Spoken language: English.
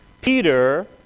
Peter